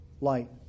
light